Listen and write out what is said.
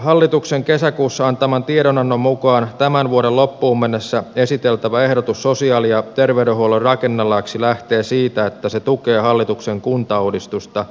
hallituksen kesäkuussa antaman tiedonannon mukaan tämän vuoden loppuun mennessä esiteltävä ehdotus sosiaali ja terveydenhuollon rakennelaiksi lähtee siitä että se tukee hallituksen kuntauudistusta